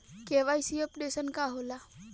KYC updation का होला?